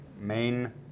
main